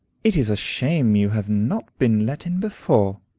it is a shame you have not been let in before,